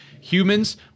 Humans